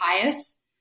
pious